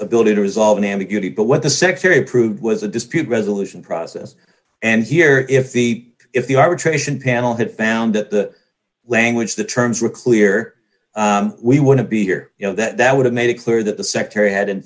ability to resolve an ambiguity but what the secretary approved was a dispute resolution process and here if the if the arbitration panel had found that language the terms were clear we wouldn't be here you know that would have made it clear that the secretary had in